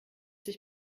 sich